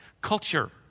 culture